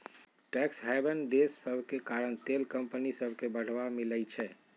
tax haven देश सभके कारण तेल कंपनि सभके बढ़वा मिलइ छै